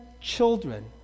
children